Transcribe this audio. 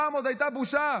פעם עוד הייתה בושה,